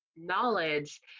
knowledge